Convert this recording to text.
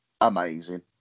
amazing